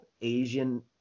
Asian